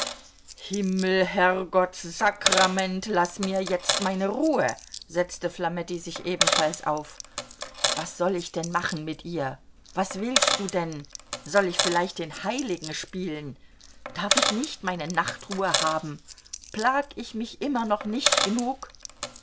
himmelherrgottsakrament laß mir jetzt meine ruhe setzte flametti sich ebenfalls auf was soll ich denn machen mit ihr was willst du denn soll ich vielleicht den heiligen spielen darf ich nicht meine nachtruhe haben plag ich mich immer noch nicht genug